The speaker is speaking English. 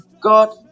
god